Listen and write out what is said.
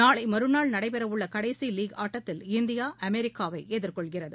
நாளை மறுநாள் நடைபெறவுள்ள கடைசி லீக் ஆட்டத்தில் இந்தியா அமெரிக்காவை எதிர்கொள்கிறது